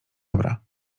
dobra